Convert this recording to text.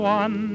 one